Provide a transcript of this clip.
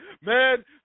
man